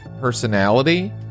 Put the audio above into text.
personality